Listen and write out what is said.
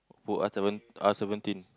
put R seven R seventeen